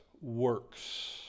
works